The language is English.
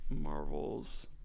Marvel's